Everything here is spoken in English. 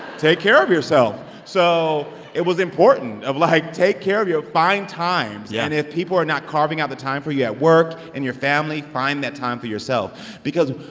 take care of yourself. so it was important of like, take care of your find times yeah and if people are not carving out the time for you at work, in your family, find that time for yourself because,